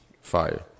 fire